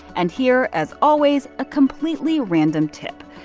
and here, as always, a completely random tip.